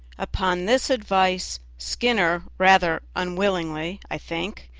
upon this advice skinner, rather unwillingly, i think,